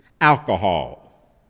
Alcohol